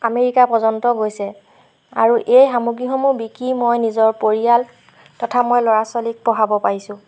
America পৰ্যন্ত গৈছে আৰু এই সামগ্ৰীসমূহ বিকি মই নিজৰ পৰিয়াল তথা মই ল'ৰা ছোৱালীক পঢ়াব পাৰিছোঁ